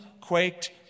quaked